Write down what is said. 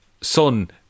son